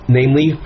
namely